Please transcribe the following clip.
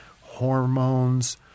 Hormones